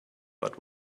but